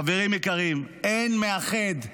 חברים יקרים, אין מאחד,